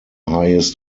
highest